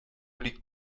liegt